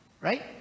Right